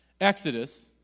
Exodus